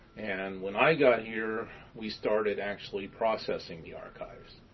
and when i got here we started actually processing the archives,